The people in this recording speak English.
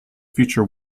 future